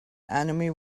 enemy